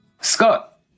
Scott